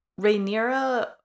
Rhaenyra